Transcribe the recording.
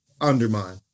undermine